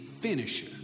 finisher